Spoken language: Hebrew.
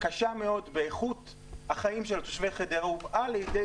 וקשה מאוד באיכות החיים של תושבי חדרה הובאה לידי